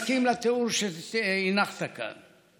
אני מסכים לתיאור שהנחת כאן.